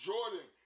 Jordan